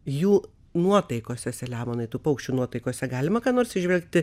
jų nuotaikose selemonai tų paukščių nuotaikose galima ką nors įžvelgti